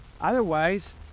Otherwise